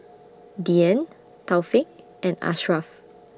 Dian Taufik and Ashraf